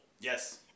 yes